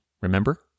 remember